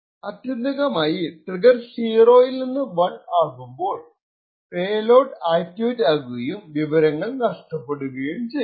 ആത്യന്തികമായി ട്രിഗർ 0 യിൽ നിന്ന് 1 ആകുമ്പോൾ പേലോഡ് ആക്ടിവേറ്റഡ് ആകുകയും വിവരങ്ങൾ നഷ്ടപെടുകയുo ചെയ്യും